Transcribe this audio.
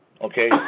Okay